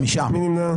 מי נמנע?